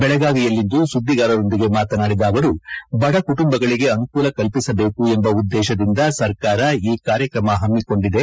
ಬೆಳಗಾವಿಯಲ್ಲಿಂದು ಸುದ್ದಿಗಾರರೊಂದಿಗೆ ಮಾತನಾಡಿದ ಅವರು ಬಡ ಕುಟುಂಬಗಳಿಗೆ ಅನುಕೂಲ ಕಲ್ಪಿಸಬೇಕು ಎಂಬ ಉದ್ದೇಶದಿಂದ ಸರ್ಕಾರ ಈ ಕಾರ್ಯಕ್ರಮ ಹಮ್ಮಿಕೊಂಡಿದೆ